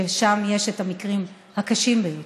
ששם יש את המקרים הקשים ביותר,